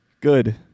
Good